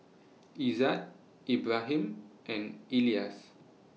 Izzat Ibrahim and Elyas